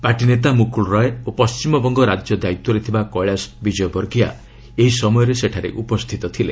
party ନେତା ମୁକୁଳ ରାୟ ଓ ପଶ୍ଚିମବଙ୍ଗ ରାଜ୍ୟ ଦାୟିତ୍ୱରେ ଥିବା କୈଳାଶ ବିଜୟବର୍ଗିଆ ଏହି ସମୟରେ ସେଠାରେ ଉପସ୍ଥିତ ଥିଲେ